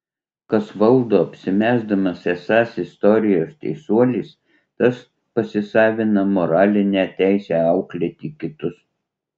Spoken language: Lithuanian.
kas valdo apsimesdamas esąs istorijos teisuolis tas pasisavina moralinę teisę auklėti kitus